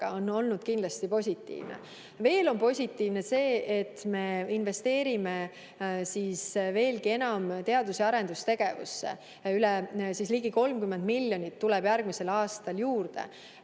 on olnud kindlasti positiivne. Veel on positiivne see, et me investeerime veelgi enam teadus- ja arendustegevusse, ligi 30 miljonit tuleb järgmisel aastal juurde.